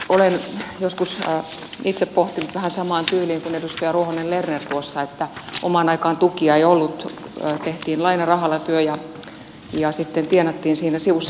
olen joskus itse pohtinut vähän samaan tyyliin kuin edustaja ruohonen lerner tuossa että omaan aikaan tukia ei ollut elettiin lainarahalla ja sitten tienattiin siinä sivussa